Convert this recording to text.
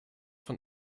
von